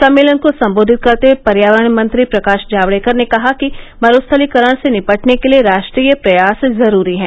सम्मेलन को संबोधित करते हुए पर्यावरण मंत्री प्रकाश जावड़ेकर ने कहा कि मरूस्थलीकरण से निपटने के लिए राष्ट्रीय प्रयास जरूरी हैं